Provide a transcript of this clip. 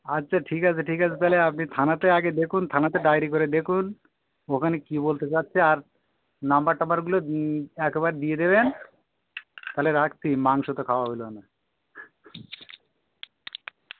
আচ্ছা ঠিক আছে ঠিক আছে তাহলে আপনি থানাতে আগে দেখুন থানাতে ডায়রি করে দেখুন ওখানে কি বলতে চাচ্ছে আর নম্বর টাম্বারগুলো একবার দিয়ে দেবেন তাহলে রাখছি মাংস তো খাওয়া হইলো না